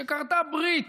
שכרתה ברית